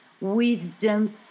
wisdom